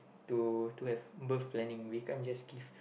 to to have birth planning we can't just give